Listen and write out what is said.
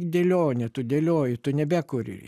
dėlionė tu dėlioji tu nebekuri